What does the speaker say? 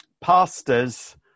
Pastors